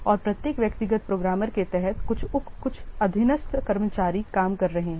और प्रत्येक व्यक्तिगत प्रोग्रामर के तहत कुछ उप कुछ अधीनस्थ कर्मचारी काम कर रहे हैं